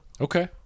Okay